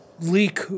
leak